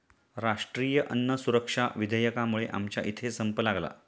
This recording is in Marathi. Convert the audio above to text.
राष्ट्रीय अन्न सुरक्षा विधेयकामुळे आमच्या इथे संप लागला